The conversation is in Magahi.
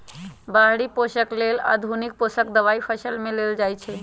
बाहरि पोषक लेल आधुनिक पोषक दबाई फसल में देल जाइछइ